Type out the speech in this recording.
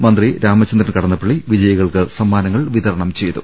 മന്ത്രി രാമചന്ദ്രൻ കടന്നപ്പള്ളി വിജയികൾക്ക് സമ്മാനങ്ങൾ വിതരണം ചെയ്തു